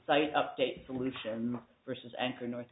site update solution versus anchor north